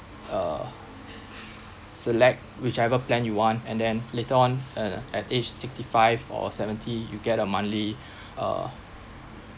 uh select whichever plan you want and then later on uh the at age sixty five or seventy you get a monthly uh